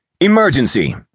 Emergency